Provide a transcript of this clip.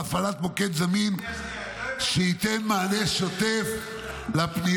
והפעלת מוקד זמין שייתן מענה שוטף לפניות